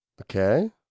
Okay